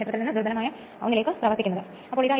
പിന്നീട് നമുക്ക് ഇത് കാണാൻ കഴിയും